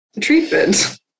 treatment